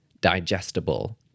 digestible